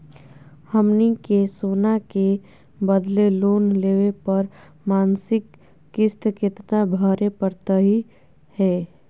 हमनी के सोना के बदले लोन लेवे पर मासिक किस्त केतना भरै परतही हे?